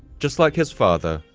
just like his father,